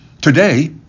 Today